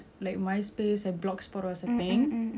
but ya so people start posting my pictures online